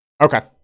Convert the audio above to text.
Okay